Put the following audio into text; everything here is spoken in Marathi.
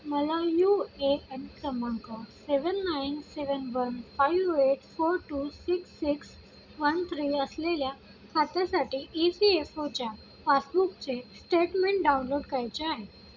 मला यू ए एन क्रमांक seven nine seven one five eight four two six six one three असलेल्या खात्यासाठी ई पी एफ ओच्या पासबुकचे स्टेटमेंट डाउनलोड करायचे आहे